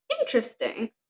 interesting